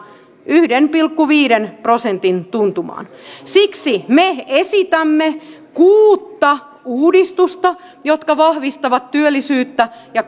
yhden pilkku viiden prosentin tuntumaan siksi me esitämme kuutta uudistusta jotka vahvistavat työllisyyttä ja